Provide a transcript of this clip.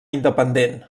independent